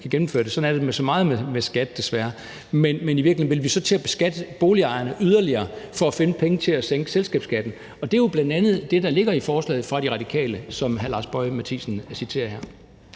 og gennemføre det – sådan er der jo så meget med skattemyndighederne desværre. Vil vi så til at beskatte boligejerne yderligere for at finde penge til at sænke selskabsskatten? Det er jo bl.a. det, der ligger i forslaget fra De Radikale, som hr. Lars Boje Mathiesen citerer her.